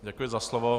Děkuji za slovo.